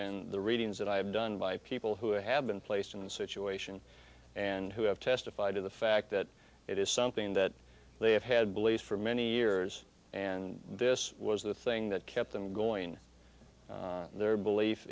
and the readings that i have done by people who have been placed in the situation and who have testified to the fact that it is something that they have had belief from a any years and this was the thing that kept them going their belief